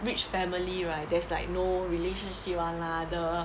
rich family right there's like no relationship [one] lah the